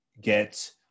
get